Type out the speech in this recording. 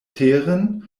teren